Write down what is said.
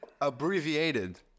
abbreviated